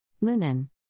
Linen